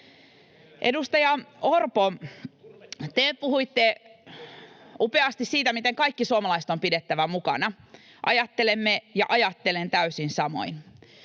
Edustaja Orpo, te puhuitte upeasti siitä, miten kaikki suomalaiset on pidettävä mukana. Ajattelemme ja ajattelen täysin samoin.